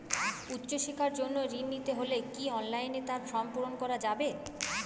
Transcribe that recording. উচ্চশিক্ষার জন্য ঋণ নিতে হলে কি অনলাইনে তার ফর্ম পূরণ করা যাবে?